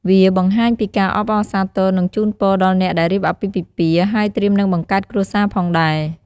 វាបង្ហាញពីការអបអរសាទរ និងជូនពរដល់អ្នកដែលរៀបអាពាហ៍ពិពាហ៍ ហើយត្រៀមនឹងបង្កើតគ្រួសារផងដែរ។